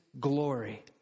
glory